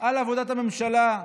על עבודת הממשלה.